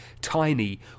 tiny